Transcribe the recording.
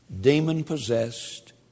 demon-possessed